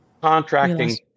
contracting